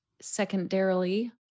secondarily